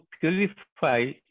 purify